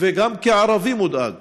וגם כערבי מודאג